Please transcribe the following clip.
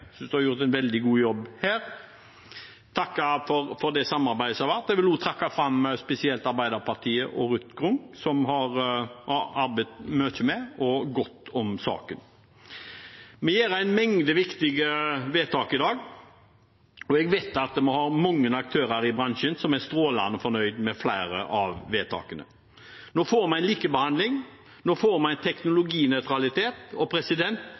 har gjort en veldig god jobb her. Jeg vil takke for det samarbeidet som har vært. Jeg vil også trekke fram spesielt Arbeiderpartiet og Ruth Grung, som vi har arbeidet mye og godt med i saken. Vi gjør en mengde viktige vedtak i dag. Jeg vet at vi har mange aktører i bransjen som er strålende fornøyd med flere av vedtakene. Nå får vi en likebehandling. Nå får vi en teknologinøytralitet. Og